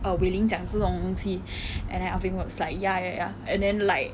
err wei ling 讲这种东西 and then alvin was like ya ya ya and then like